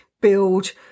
build